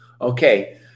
Okay